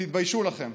תתביישו לכם.